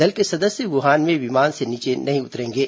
दल के सदस्य वुहान में विमान से नहीं उतरेंगे